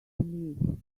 believe